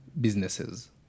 businesses